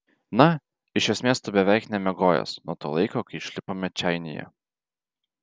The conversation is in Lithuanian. na iš esmės tu beveik nemiegojęs nuo to laiko kai išlipome čeinyje